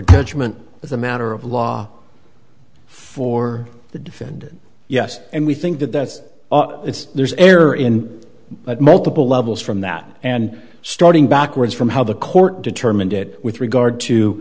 detriment as a matter of law for the defendant yes and we think that that's it's there's error in but multiple levels from that and starting backwards from how the court determined it with regard to